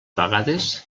vegades